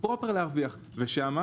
ושם,